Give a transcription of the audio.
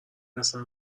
اصلا